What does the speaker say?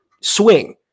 swing